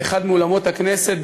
באחד מאולמות הכנסת,